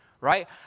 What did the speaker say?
right